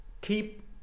keep